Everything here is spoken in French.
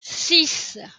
six